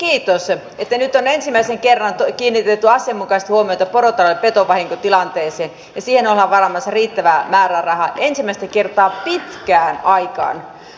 kiitos että nyt on ensimmäisen kerran kiinnitetty asianmukaisesti huomiota porotalouden petovahinkotilanteeseen ja siihen ollaan varaamassa riittävä määräraha ensimmäistä kertaa pitkään aikaan